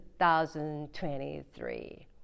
2023